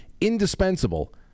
indispensable